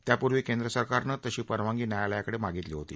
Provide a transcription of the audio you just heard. त्यापूर्वी केंद्र सरकारनं तशी परवानगी न्यायालयाकडे मागितली होती